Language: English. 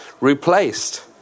replaced